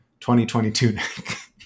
2022